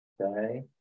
okay